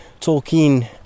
Tolkien